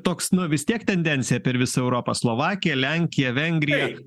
toks na vis tiek tendencija per visą europą slovakija lenkija vengrija